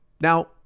Now